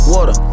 Water